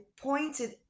pointed